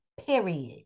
Period